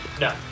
No